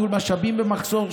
ניהול משאבים במחסור,